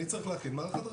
אני צריך להכין מערך הדרכה.